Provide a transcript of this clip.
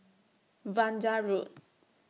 Vanda Road